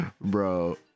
Bro